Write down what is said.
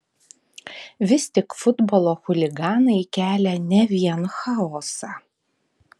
vis tik futbolo chuliganai kelia ne vien chaosą